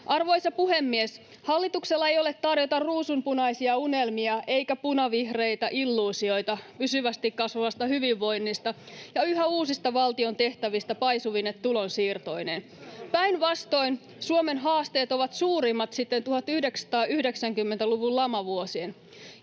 Arvoisa puhemies! Hallituksella ei ole tarjota ruusunpunaisia unelmia eikä punavihreitä illuusioita pysyvästi kasvavasta hyvinvoinnista ja yhä uusista valtion tehtävistä paisuvine tulonsiirtoineen. [Jussi Saramon välihuuto] Päinvastoin, Suomen haasteet ovat suurimmat sitten 1990-luvun lamavuosien.